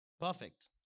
Perfect